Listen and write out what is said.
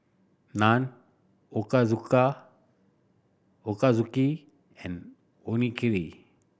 Naan Ochazuke and Onigiri